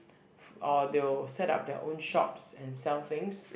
f~ or they will set up their own shops and sell things